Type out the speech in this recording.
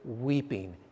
weeping